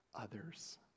others